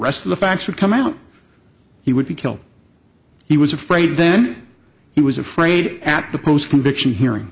rest of the facts would come out he would be killed he was afraid then he was afraid at the post conviction hearing